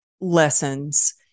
lessons